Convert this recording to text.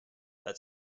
that